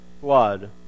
blood